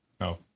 No